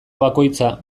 bakoitza